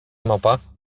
mopa